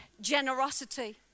generosity